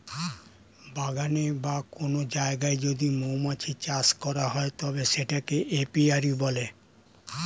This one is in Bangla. বাগানে বা কোন জায়গায় যদি মৌমাছি চাষ করা হয় তবে সেটাকে এপিয়ারী বলে